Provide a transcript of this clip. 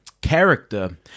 character